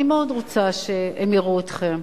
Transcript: אני מאוד רוצה שהם יראו אתכם.